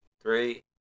three